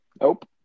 Nope